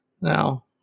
now